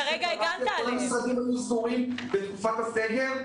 קרה כשכל המשרדים היו סגורים בתקופת הסגר.